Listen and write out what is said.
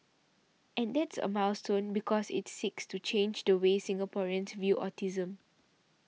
and that's a milestone because it seeks to change the way Singaporeans view autism